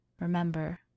Remember